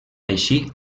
així